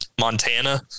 Montana